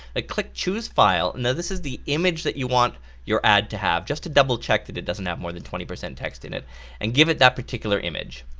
click choose file now this is the image that you want your ad to have. just to double check that it doesn't have more than twenty percent text in it and give it that particular image.